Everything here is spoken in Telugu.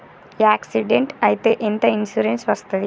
యాక్సిడెంట్ అయితే ఎంత ఇన్సూరెన్స్ వస్తది?